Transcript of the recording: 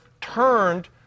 turned